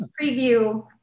preview